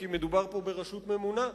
כי מדובר פה ברשות ממונה,